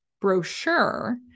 brochure